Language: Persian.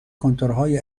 کنتورهای